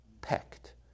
Packed